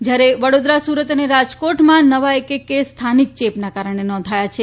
જયારે વડોદરા સુરત અને રાજકોટમાં નવા એક એક કેસ સ્થાનિક ચેપના કારણે નોંધાયા છે